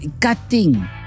Cutting